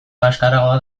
kaxkarragoa